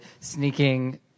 sneaking